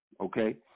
Okay